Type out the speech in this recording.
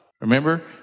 Remember